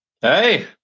Hey